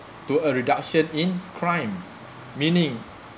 to a reduction in crime meaning